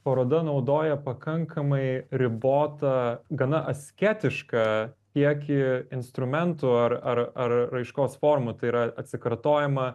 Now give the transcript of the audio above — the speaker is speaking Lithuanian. paroda naudoja pakankamai ribotą gana asketišką kiekį instrumentų ar ar ar raiškos formų tai yra atsikartojimą